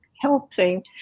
helping